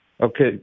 Okay